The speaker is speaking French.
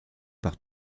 par